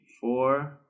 four